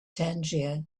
tangier